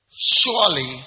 Surely